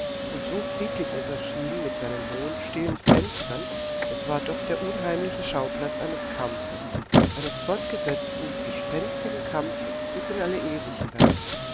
und so friedlich es erschien mit seinen hohen stillen fenstern es war doch der unheimliche schauplatz eines kampfes eines fortgesetzten gespenstigen kampfes bis in alle ewigkeit